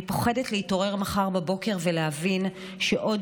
אני פוחדת להתעורר מחר בבוקר ולהבין שעוד